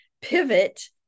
pivot